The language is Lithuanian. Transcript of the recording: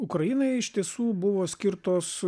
ukrainai iš tiesų buvo skirtos